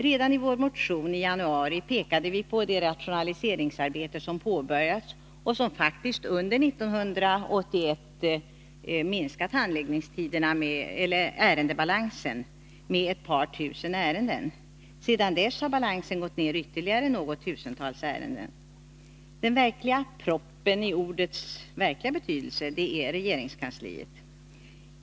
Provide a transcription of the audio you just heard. Redan när vi i januari väckte vår motion pekade vi på det rationaliseringsarbete som påbörjats och som under 1981 faktiskt minskat ärendebalansen med ett par tusen ärenden. Sedan dess har balansen gått ned med ytterligare något tusental ärenden. Den verkliga proppen i ordets egentliga betydelse är regeringskansliet.